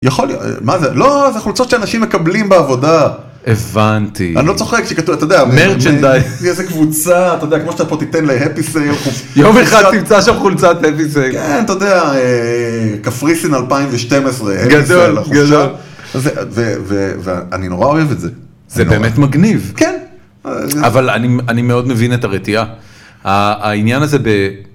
יכול להיות. מה זה, לא, זה חולצות שאנשים מקבלים בעבודה. הבנתי. אני לא צוחק. מרצ׳נדייז. שכתוב מאיזה קבוצה. אתה יודע, כמו שאתה פה תיתן להפי סייל. יום אחד תמצא שם חולצת הפי סייל. כן, אתה יודע, קפריסין 2012 הפי סייל החופשה. גדול. גדול. ואני נורא אוהב את זה. זה באמת מגניב. כן. אבל אני מאוד מבין את הרתיעה. העניין הזה